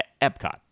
Epcot